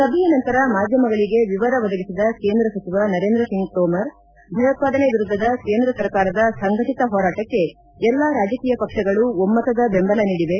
ಸಭೆಯ ನಂತರ ಮಾಧ್ಯಮಗಳಿಗೆ ವಿವರ ಬದಗಿಸಿದ ಕೇಂದ್ರ ಸಚಿವ ನರೇಂದ್ರ ಸಿಂಗ್ ತೋಮರ್ ಭಯೋತ್ವಾದನೆ ವಿರುದ್ದದ ಕೇಂದ್ರ ಸರ್ಕಾರದ ಸಂಘಟಿತ ಹೋರಾಟಕ್ಕೆ ಎಲ್ಲಾ ರಾಜಕೀಯ ಪಕ್ಷಗಳು ಒಮ್ನತದ ಬೆಂಬಲ ನೀಡಿವೆ